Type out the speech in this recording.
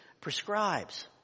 prescribes